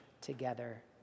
together